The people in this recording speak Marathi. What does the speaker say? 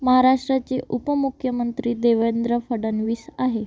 महाराष्ट्राचे उपमुख्यमंत्री देवेंद्र फडणवीस आहे